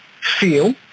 feel